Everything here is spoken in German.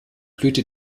blühte